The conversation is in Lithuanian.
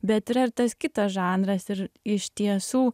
bet yra ir tas kitas žanras ir iš tiesų